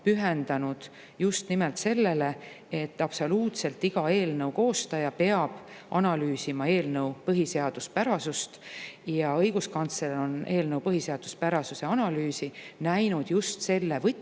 pühendanud just nimelt sellele, et absoluutselt iga eelnõu koostaja peab analüüsima eelnõu põhiseaduspärasust. Õiguskantsler on eelnõu põhiseaduspärasuse analüüsi näinud just võtmena,